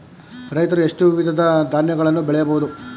ರೈತರು ಎಷ್ಟು ವಿಧದ ಧಾನ್ಯಗಳನ್ನು ಬೆಳೆಯಬಹುದು?